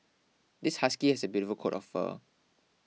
this husky has a beautiful coat of fur